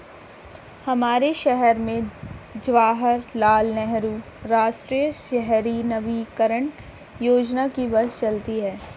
हमारे शहर में जवाहर लाल नेहरू राष्ट्रीय शहरी नवीकरण योजना की बस चलती है